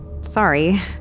Sorry